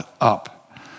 up